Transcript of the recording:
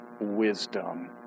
wisdom